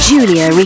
Julia